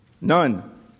None